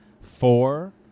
four